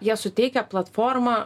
jie suteikia platformą